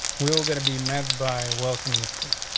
we'll get to be met by welcoming street.